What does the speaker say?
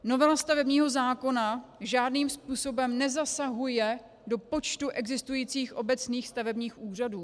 Novela stavebního zákona žádným způsobem nezasahuje do počtu existujících obecních stavebních úřadů.